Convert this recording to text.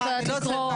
את לא יודעת לקרוא.